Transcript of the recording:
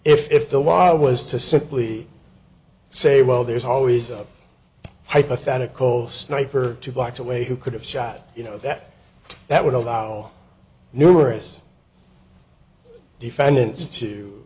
if the wow was to simply say well there's always a hypothetical sniper two blocks away who could have shot you know that that would allow numerous defendants